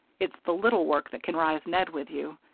it's the little work that can raise ned with you.